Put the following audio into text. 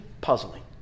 puzzling